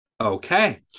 Okay